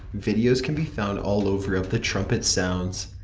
videos can be found all over of the trumpet sounds,